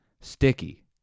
Sticky